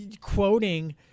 quoting